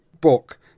book